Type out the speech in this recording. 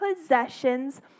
possessions